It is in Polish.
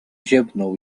ziewnął